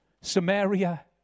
Samaria